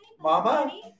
Mama